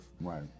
Right